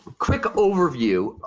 quick overview